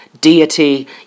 deity